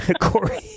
Corey